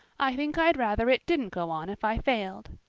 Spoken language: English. i think i'd rather it didn't go on if i failed!